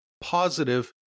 positive